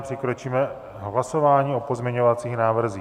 Přikročíme k hlasování o pozměňovacích návrzích.